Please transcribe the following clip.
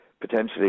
potentially